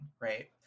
right